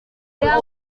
rya